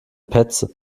petze